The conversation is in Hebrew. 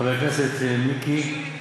חבר הכנסת מיקי,